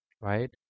Right